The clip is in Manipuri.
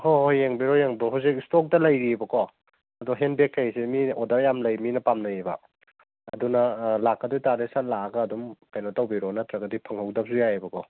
ꯍꯣꯏ ꯍꯣꯏ ꯌꯦꯡꯕꯤꯔꯣ ꯌꯦꯡꯕꯤꯔꯣ ꯍꯧꯖꯤꯛ ꯁ꯭ꯇꯣꯛꯇꯥ ꯂꯩꯔꯤꯑꯕꯀꯣ ꯑꯗꯣ ꯍꯦꯟ ꯕꯦꯒꯀꯩꯁꯦ ꯃꯤꯅ ꯑꯣꯔꯗꯔ ꯌꯥꯝ ꯂꯩ ꯃꯤꯅ ꯄꯥꯝꯅꯩꯑꯦꯕ ꯑꯗꯨꯅ ꯂꯥꯛꯀꯗꯣꯏ ꯇꯥꯔꯗꯤ ꯁꯠ ꯂꯥꯛꯑꯒ ꯑꯗꯨꯝ ꯀꯩꯅꯣ ꯇꯧꯕꯤꯔꯣ ꯅꯠꯇ꯭ꯔꯒꯗꯤ ꯐꯪꯍꯧꯗꯕꯁꯨ ꯌꯥꯏꯑꯦꯕꯀꯣ